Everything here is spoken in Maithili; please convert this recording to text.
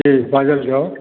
जी बाजल जाओ